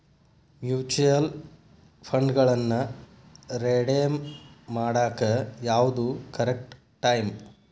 mutual ಫಂಡ್ಗಳನ್ನ redeem ಮಾಡಾಕ ಯಾವ್ದು ಕರೆಕ್ಟ್ ಟೈಮ್